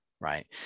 right